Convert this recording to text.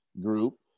group